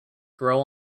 grow